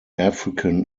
african